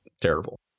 Terrible